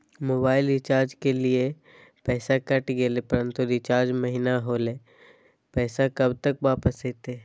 Mobile recharge के लिए पैसा कट गेलैय परंतु रिचार्ज महिना होलैय, पैसा कब तक वापस आयते?